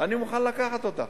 אני מוכן לקחת אותה.